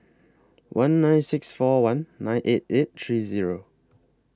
one nine six four one nine eight eight three Zero